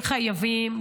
חייבים,